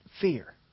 fear